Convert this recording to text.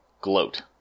Gloat